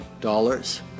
dollars